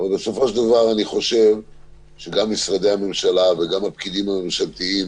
אבל בסופו של דבר אני חושב שגם משרדי הממשלה וגם הפקידים הממשלתיים,